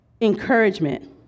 encouragement